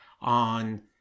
on